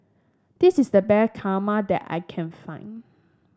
this is the best kurmada that I can find